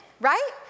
right